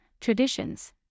traditions